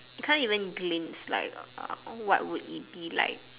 you can't even glimpse what would it be like